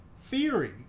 theory